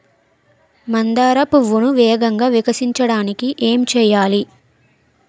మందార పువ్వును వేగంగా వికసించడానికి ఏం చేయాలి?